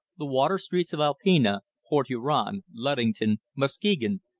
the water streets of alpena, port huron, ludington, muskegon,